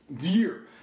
year